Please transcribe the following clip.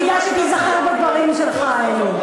כדאי שתיזכר בדברים שלך האלו.